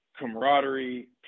camaraderie